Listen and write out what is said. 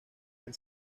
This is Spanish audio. del